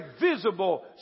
visible